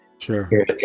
Sure